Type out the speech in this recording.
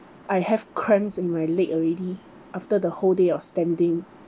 I have cramps in my leg already after the whole day of standing